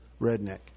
Redneck